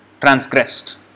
transgressed